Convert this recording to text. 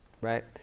Right